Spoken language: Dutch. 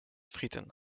frieten